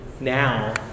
now